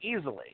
easily